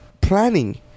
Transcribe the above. planning